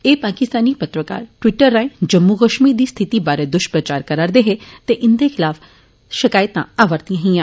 एह् पाकिस्तानी पत्रकार ट्वीटर राएं जम्मू कश्मीर दी स्थिति बारै दुष्प्रचार करा रदे हे ते इंदे खिलाफ शकैतां आवा र'दियां हियां